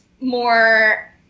more